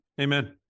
Amen